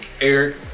Eric